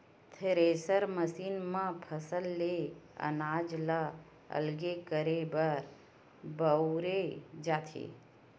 thresher machine म फसल ले अनाज ल अलगे करे बर बउरे जाथे